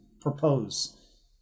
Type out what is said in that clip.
propose